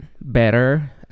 better